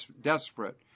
desperate